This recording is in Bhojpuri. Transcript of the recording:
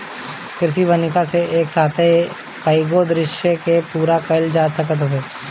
कृषि वानिकी से एक साथे कईगो उद्देश्य के पूरा कईल जा सकत हवे